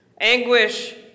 Anguish